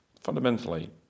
fundamentally